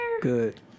Good